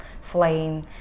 flame